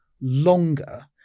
longer